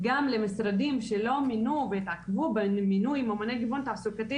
גם למשרדים שלא מינו והתעכבו במינוי ממונה גיוון תעסוקתי